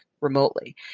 remotely